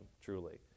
truly